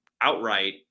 outright